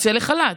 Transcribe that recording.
יוצא לחל"ת.